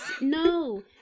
no